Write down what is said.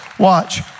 Watch